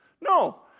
No